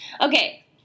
Okay